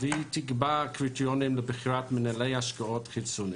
והיא תקבע קריטריונים לבחירת מנהלי השקעות חיצוניים.